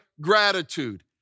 gratitude